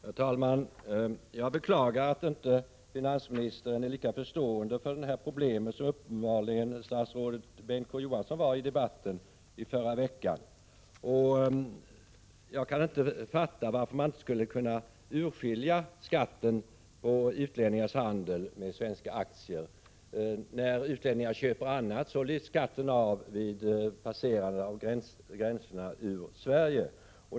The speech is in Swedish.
Herr talman! Jag beklagar att inte finansministern är lika förstående för problemet som uppenbarligen statsrådet Bengt K Å Johansson var i debatten förra veckan. Jag kan inte förstå varför man inte skulle kunna avskaffa skatten på utlänningars handel med svenska aktier. När utlänningar köper annat dras skatten av vid gränsen.